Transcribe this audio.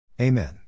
Amen